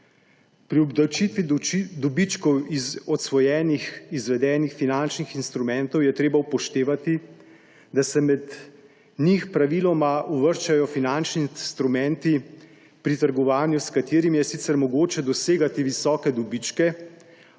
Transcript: Pri obdavčitvi dobičkov iz odsvojenih izvedenih finančnih instrumentov je treba upoštevati, da se med njih praviloma uvrščajo finančni instrumenti pri trgovanju, s katerimi je sicer mogoče dosegati visoke dobičke,